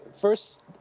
first